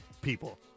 people